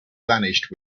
vanished